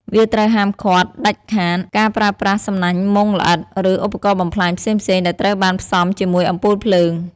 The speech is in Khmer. វាត្រូវហាមឃាត់ដាច់ខាតការប្រើប្រាស់សំណាញ់មុងល្អិត ឬឧបករណ៍បំផ្លាញផ្សេងៗដែលត្រូវបានផ្សំជាមួយអំពូលភ្លើង។